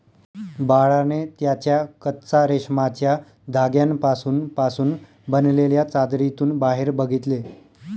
बाळाने त्याच्या कच्चा रेशमाच्या धाग्यांपासून पासून बनलेल्या चादरीतून बाहेर बघितले